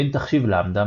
בין תחשיב למדא,